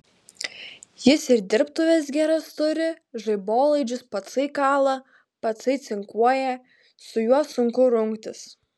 jis ir dirbtuves geras turi žaibolaidžius patsai kala patsai cinkuoja su juo sunku rungtis